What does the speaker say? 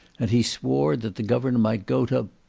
and he swore that the governor might go to,